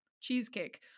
cheesecake